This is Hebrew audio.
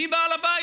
מי בעל הבית?